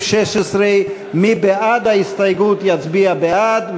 16. מי שבעד ההסתייגות יצביע בעד,